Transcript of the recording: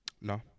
No